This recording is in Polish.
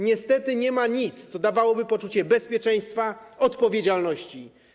Niestety nie ma nic, co dawałoby poczucie bezpieczeństwa, odpowiedzialności.